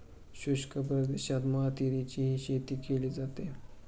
शुष्क प्रदेशात मातीरीची शेतीही केली जाते